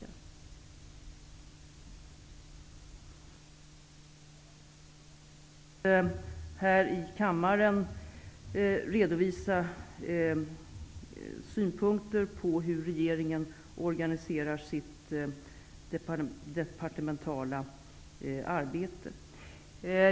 Jag har ingen anledning att här i kammaren redovisa synpunkter på hur regeringen organiserar sitt departementala arbete.